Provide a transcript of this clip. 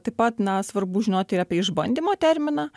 taip pat na svarbu žinoti ir apie išbandymo terminą